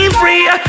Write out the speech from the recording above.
free